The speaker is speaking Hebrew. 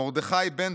מרדכי בנטוב,